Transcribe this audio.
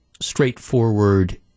straightforward